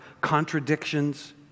contradictions